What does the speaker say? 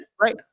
right